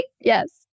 Yes